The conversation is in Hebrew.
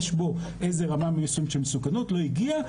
יש בו איזו רמה מסוכנת של מסוכנות לא הגיע,